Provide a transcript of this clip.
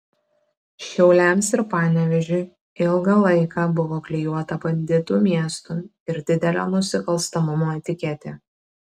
šiauliams ir panevėžiui ilgą laiką buvo klijuota banditų miestų ir didelio nusikalstamumo etiketė